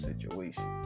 situation